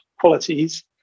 qualities